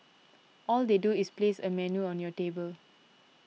all they do is place a menu on your table